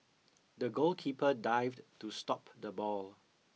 the goalkeeper dived to stop the ball